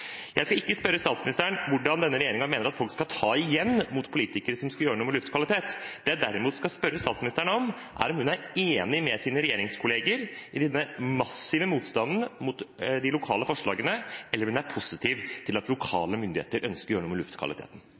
mot politikere som skal gjøre noe med luftkvaliteten. Det jeg derimot skal spørre statsministeren om, er om hun er enig med sine regjeringskolleger i denne massive motstanden mot de lokale forslagene, eller om hun er positiv til at lokale myndigheter ønsker å gjøre noe med luftkvaliteten.